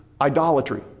idolatry